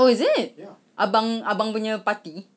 oh is it abang abang punya party